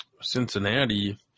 Cincinnati